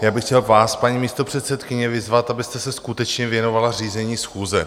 Já bych chtěl vás, paní místopředsedkyně, vyzvat, abyste se skutečně věnovala řízení schůze.